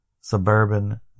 suburban